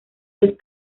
los